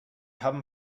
haben